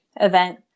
event